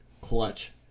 Clutch